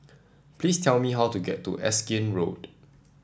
please tell me how to get to Erskine Road